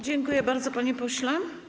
Dziękuję bardzo, panie pośle.